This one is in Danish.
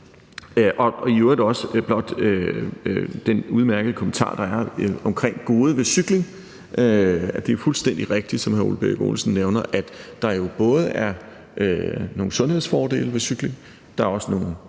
vil i øvrigt også sige til den udmærkede kommentar, der er om det gode ved cykling, at det jo er fuldstændig rigtigt, som hr. Ole Birk Olesen nævner, at der både er nogle sundhedsfordele ved cykling, og at der også er nogle